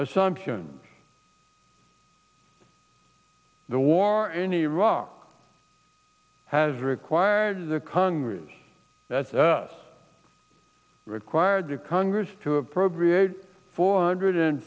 assumptions the war in iraq has required the congress that's required to congress to appropriate four hundred